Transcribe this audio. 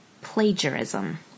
plagiarism